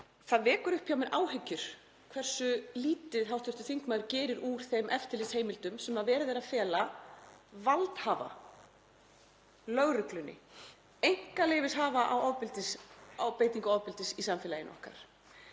Það veldur mér áhyggjum hversu lítið hv. þingmaður gerir úr þeim eftirlitsheimildum sem verið er að fela valdhafa, lögreglunni, einkaleyfishafa á beitingu ofbeldis í samfélaginu okkar.